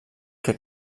que